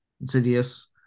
Insidious